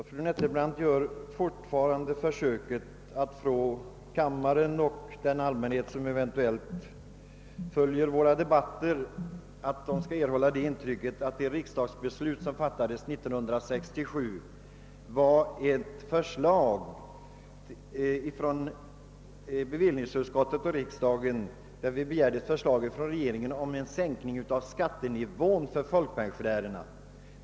Herr talman! Fru Nettelbrandt försöker fortfarande ge kammaren och den allmänhet som eventuellt följer våra debatter det intrycket att det riksdagsbeslut som fattades 1967 grundades på en begäran av bevillningsutskottet och riksdagen om förslag från regeringen om en sänkning av skattenivån för folkpensionärerna.